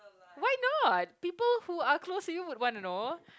why not people who are close would want to know